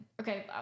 Okay